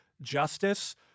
justice